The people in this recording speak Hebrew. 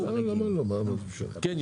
להחליט.